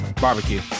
Barbecue